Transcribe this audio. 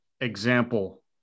example